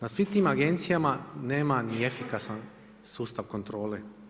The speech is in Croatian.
Na svim tim agencijama, nema ni efikasan sustav kontrole.